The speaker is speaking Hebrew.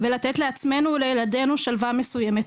ולתת לעצמנו ולילדנו שלווה מסוימת.